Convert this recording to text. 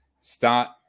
start